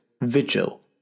Vigil